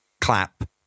clap